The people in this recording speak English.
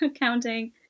counting